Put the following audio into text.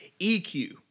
EQ